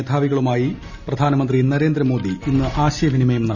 മേധാവികളുമായി പ്രധാനമന്ത്രി നരേന്ദ്രമോദി ഇന്ന് ആശയവിനിമയം നടത്തും